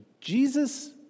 Jesus